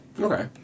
Okay